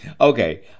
Okay